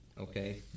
Okay